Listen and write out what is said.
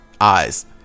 eyes